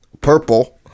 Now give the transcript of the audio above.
purple